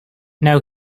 now